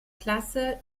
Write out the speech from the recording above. klasse